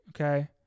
okay